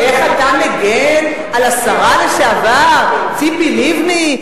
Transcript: איך אתה מגן על השרה לשעבר ציפי לבני,